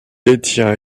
détient